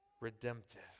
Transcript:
redemptive